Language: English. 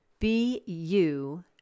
BU